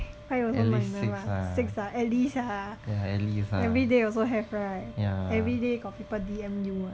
还有 minor 的吗 six ah at least ah everyday also have right everyday got people D_M you